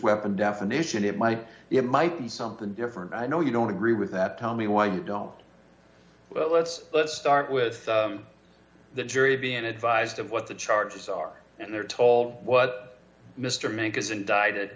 weapon definition it might it might be something different i know you don't agree with that tell me why you don't well let's let's start with the jury being advised of what the charges are and their toll what mr monk is indicted